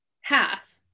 half